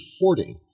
hoarding